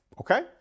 Okay